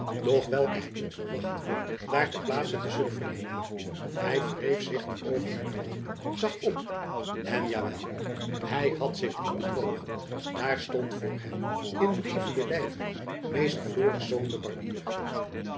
doch welke hy niet verwachtte daar ter plaatse te zullen vernemen hy wreef zich de oogen uit zag op en ja wel hy had zich niet bedrogen daar stond voor hem in levenden lijve meester florisz de barbier